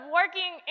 working